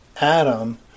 Adam